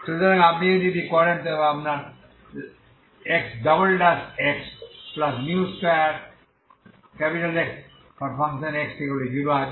সুতরাং আপনি যদি এটি করেন তবে আপনার Xx2Xx0আছে